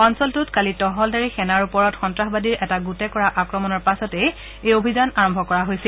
অঞ্চলটোত কালি টহলদাৰী সেনাৰ ওপৰত সন্তাসবাদীৰ এটা গোটে কৰা আক্ৰমণৰ পাছতেই এই অভিযান আৰম্ভ কৰা হৈছিল